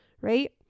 right